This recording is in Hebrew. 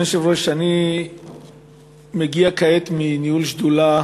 אדוני היושב-ראש, אני מגיע כעת מניהול שדולה